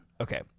Okay